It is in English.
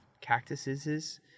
cactuses